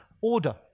order